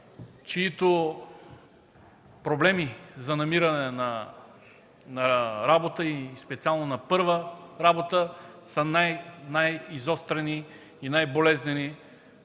Техните проблеми за намиране на работа и специално на първа работа са най, най-изострени и болезнени